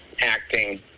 acting